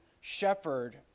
shepherd